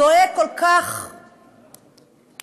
דואג כל כך לבנקים,